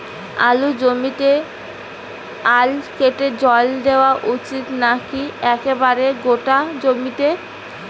আলুর জমিতে আল কেটে জল দেওয়া উচিৎ নাকি একেবারে গোটা জমিতে?